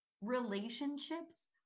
Relationships